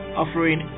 offering